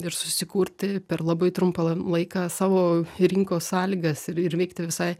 ir susikurti per labai trumpą laiką savo rinkos sąlygas ir ir veikti visai